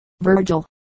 Virgil